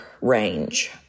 range